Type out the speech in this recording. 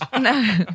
No